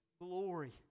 glory